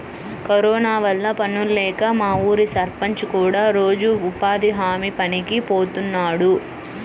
corona వల్ల పనుల్లేక మా ఊరి సర్పంచ్ కూడా రోజూ ఉపాధి హామీ పనికి బోతన్నాడు